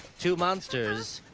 two monsters,